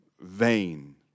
vain